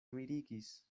mirigis